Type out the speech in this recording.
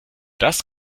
das